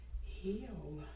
heal